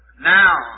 Now